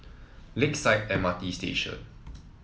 Lakeside M R T Station